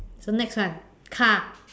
so next one car